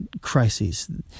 crises